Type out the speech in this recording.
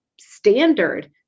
standard